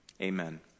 amen